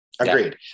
Agreed